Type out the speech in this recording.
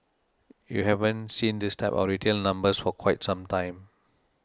you haven't seen this type of retail numbers for quite some time